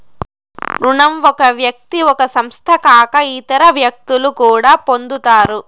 రుణం ఒక వ్యక్తి ఒక సంస్థ కాక ఇతర వ్యక్తులు కూడా పొందుతారు